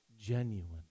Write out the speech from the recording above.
genuine